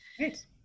right